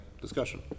discussion